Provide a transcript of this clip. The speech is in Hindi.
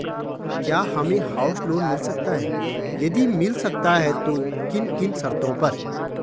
क्या हमें हाउस लोन मिल सकता है यदि मिल सकता है तो किन किन शर्तों पर?